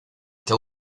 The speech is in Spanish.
que